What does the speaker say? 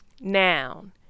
Noun